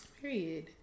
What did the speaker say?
period